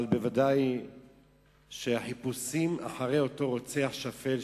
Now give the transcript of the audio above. אבל בוודאי החיפושים אחרי אותו רוצח שפל,